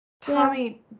Tommy